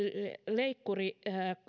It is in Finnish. leikkuri